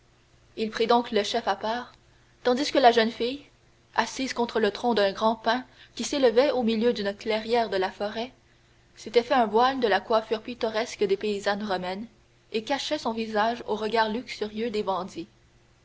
il prit donc le chef à part tandis que la jeune fille assise contre le tronc d'un grand pin qui s'élevait au milieu d'une clairière de la forêt s'était fait un voile de la coiffure pittoresque des paysannes romaines et cachait son visage aux regards luxurieux des bandits